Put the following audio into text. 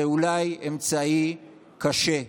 זה אולי אמצעי קשה,